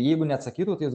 jeigu neatsakytų tai jūs